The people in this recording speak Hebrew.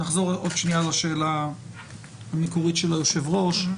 נחזור עוד שנייה לשאלה המקורית של היושב ראש.